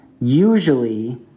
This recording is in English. usually